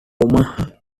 omaha